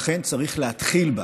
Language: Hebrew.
לכן, צריך להתחיל בה.